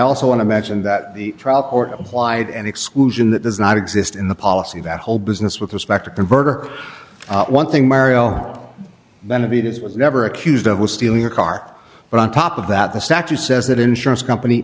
also want to mention that the wide and exclusion that does not exist in the policy that whole business with respect to convert are one thing mario benevides was never accused of stealing a car but on top of that the statute says that insurance company